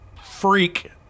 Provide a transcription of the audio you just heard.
freak